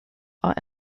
are